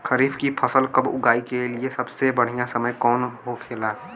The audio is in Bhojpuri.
खरीफ की फसल कब उगाई के लिए सबसे बढ़ियां समय कौन हो खेला?